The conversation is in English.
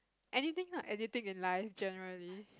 anything lah anything in life generally